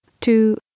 two